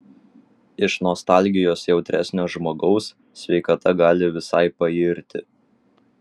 iš nostalgijos jautresnio žmogaus sveikata gali visai pairti